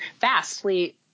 vastly